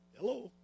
Hello